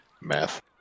Math